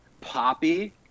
poppy